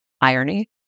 irony